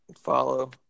follow